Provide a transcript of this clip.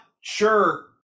sure